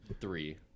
three